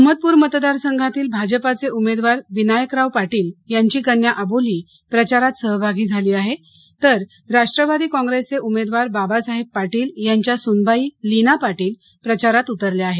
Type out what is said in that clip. अहमदपूर मतदारसंघातील भाजपाचे उमेदवार विनायकराव पाटील यांची कन्या अबोली प्रचारात सहभागी झाली आहे तर राष्ट्रवादी कॉप्रेसचे उमेदवार बाबासाहेब पाटील यांच्या सुनबाई लिना पाटील प्रचारात उतरल्या आहेत